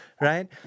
Right